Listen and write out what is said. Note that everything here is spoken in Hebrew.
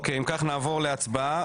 אם כך, נעבור להצבעה